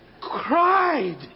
cried